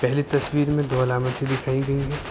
پہلے تصویر میں دو علامتیں دکھائی گئی ہیں